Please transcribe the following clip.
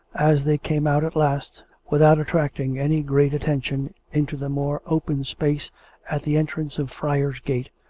as they came out at last, without attracting any great attention, into the more open space at the entrance of friar's gate,